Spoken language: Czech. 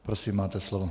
Prosím, máte slovo.